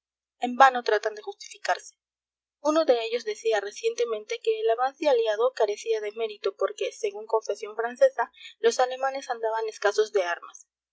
en vano tratan de justificarse uno de ellos decía recientemente que el avance aliado carecía de mérito porque según confesión francesa los alemanes andaban escasos de armas